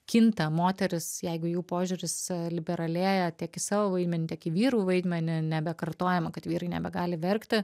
kinta moterys jeigu jų požiūris liberalėja tiek į savo vaidmenį tiek į vyrų vaidmenį nebekartojama kad vyrai nebegali verkti